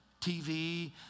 TV